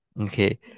Okay